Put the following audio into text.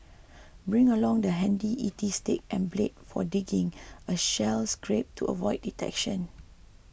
bring along the handy E T stick and blade for digging a shell scrape to avoid detection